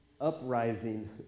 uprising